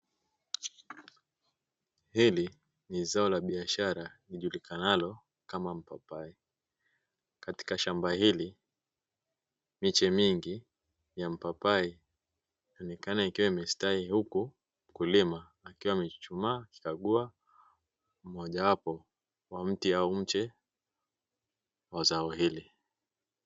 Hili ni zao la biashara lijulikanalo kama mpapai. Katika shamba hili miche mingi ya mpapai inaonekana ikiwa imestawi, huku mkulima akiwa amechuchumaa akikagua mmojawapo ya mti au mche wa zao hili.